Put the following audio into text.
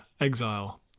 exile